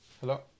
Hello